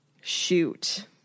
Shoot